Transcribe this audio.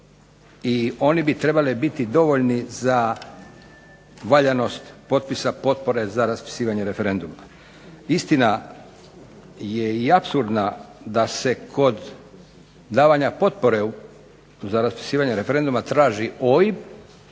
i oni bi trebali biti dovoljni za valjanost potpisa potpore za raspisivanje referenduma. Istina, je apsurdna da se kod davanja potpore za raspisivanje referenduma traži OIB,